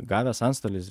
gavęs antstolis